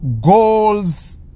goals